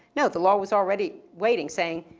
no, the law was already waiting, saying,